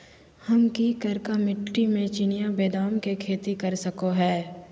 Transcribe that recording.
हम की करका मिट्टी में चिनिया बेदाम के खेती कर सको है?